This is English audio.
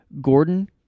Gordon